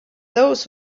those